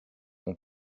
ont